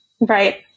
right